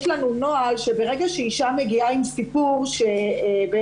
יש לנו נוהל שברגע שאישה מגיעה עם סיפור שאולי